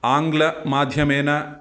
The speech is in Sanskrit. आङ्ग्लमाध्यमेन